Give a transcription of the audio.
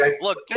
Look